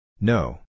No